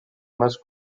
más